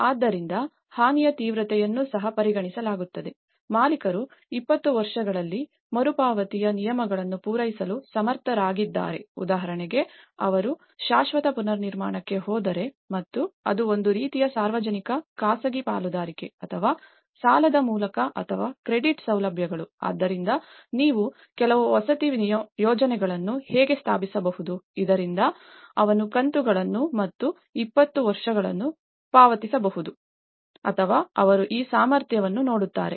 ಆದ್ದರಿಂದ ಹಾನಿಯ ತೀವ್ರತೆಯನ್ನು ಸಹ ಪರಿಗಣಿಸಲಾಗುತ್ತದೆ ಮಾಲೀಕರು 20 ವರ್ಷಗಳಲ್ಲಿ ಮರುಪಾವತಿಯ ನಿಯಮಗಳನ್ನು ಪೂರೈಸಲು ಸಮರ್ಥರಾಗಿದ್ದಾರೆ ಉದಾಹರಣೆಗೆ ಅವರು ಶಾಶ್ವತ ಪುನರ್ನಿರ್ಮಾಣಕ್ಕೆ ಹೋದರೆ ಮತ್ತು ಅದು ಒಂದು ರೀತಿಯ ಸಾರ್ವಜನಿಕ ಖಾಸಗಿ ಪಾಲುದಾರಿಕೆ ಅಥವಾ ಸಾಲದ ಮೂಲಕ ಅಥವಾ ಕ್ರೆಡಿಟ್ ಸೌಲಭ್ಯಗಳು ಆದ್ದರಿಂದ ನೀವು ಕೆಲವು ವಸತಿ ಯೋಜನೆಗಳನ್ನು ಹೇಗೆ ಸ್ಥಾಪಿಸಬಹುದು ಇದರಿಂದ ಅವನು ಕಂತುಗಳನ್ನು ಮತ್ತು 20 ವರ್ಷಗಳನ್ನು ಪಾವತಿಸಬಹುದು ಅಥವಾ ಅವರು ಆ ಸಾಮರ್ಥ್ಯವನ್ನು ನೋಡುತ್ತಾರೆ